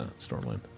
Stormwind